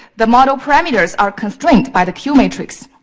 the model parameters are constrained by the queue matrix.